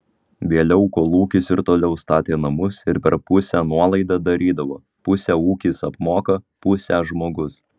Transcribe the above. vėliau kolūkis ir toliau statė namus ir per pusę nuolaidą darydavo pusę ūkis apmoka pusę žmogus